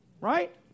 Right